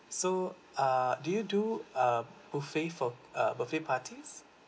so uh do you do uh buffet for a birthday parties